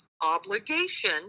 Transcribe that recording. obligation